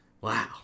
Wow